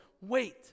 wait